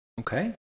Okay